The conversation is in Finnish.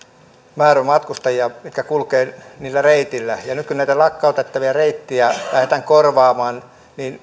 määrä matkustajia mitkä kulkevat niillä reiteillä ja nyt kun näitä lakkautettavia reittejä lähdetään korvaamaan